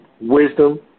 wisdom